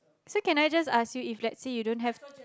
so can I just ask you if let's say you don't have